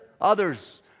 others